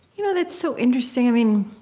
you know that's so interesting. i mean